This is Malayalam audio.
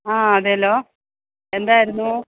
ആ അതെ അല്ലോ എന്തായിരുന്നു